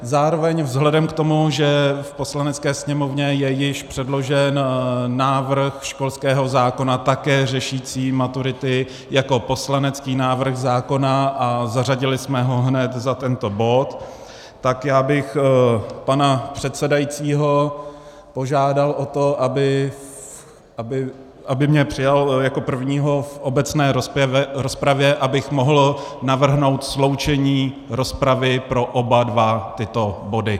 Zároveň vzhledem k tomu, že v Poslanecké sněmovně je již předložen návrh školského zákona také řešící maturity jako poslanecký návrh zákona a zařadili jsme ho hned za tento bod, tak bych požádal pana předsedajícího, aby mě přijal jako prvního v obecné rozpravě, abych mohl navrhnout sloučení rozpravy pro oba dva tyto body.